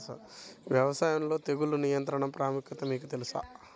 వ్యవసాయంలో తెగుళ్ల నియంత్రణ ప్రాముఖ్యత మీకు తెలుసా?